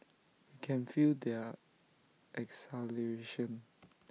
we can feel their exhilaration